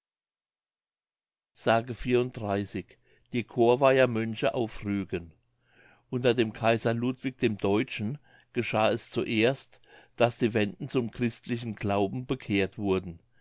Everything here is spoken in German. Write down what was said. s die corveier mönche auf rügen unter dem kaiser ludwig dem deutschen geschah es zuerst daß die wenden zum christlichen glauben bekehrt wurden